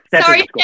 Sorry